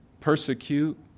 persecute